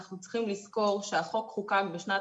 אנחנו צריכים לזכור שהחוק חוקק בשנת